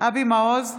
אבי מעוז,